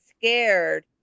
scared